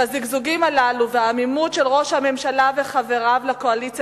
שהזיגזוגים הללו והעמימות של ראש הממשלה וחבריו לקואליציה